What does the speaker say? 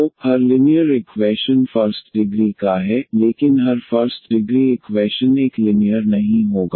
तो हर linear equation first degree का है लेकिन हर फर्स्ट डिग्री इक्वैशन एक लिनियर नहीं होगा